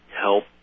help